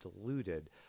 diluted